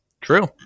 True